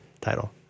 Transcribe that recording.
title